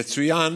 יצוין